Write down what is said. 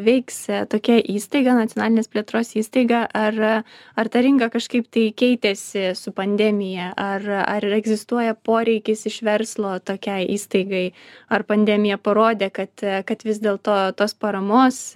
veiks tokia įstaiga nacionalinės plėtros įstaiga ar ar ta rinka kažkaip tai keitėsi su pandemija ar ar egzistuoja poreikis iš verslo tokiai įstaigai ar pandemija parodė kad kad vis dėlto tos paramos